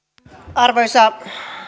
arvoisa